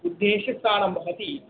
उद्देश्यस्थानं भवति